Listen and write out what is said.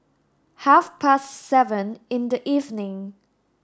half past seven in the evening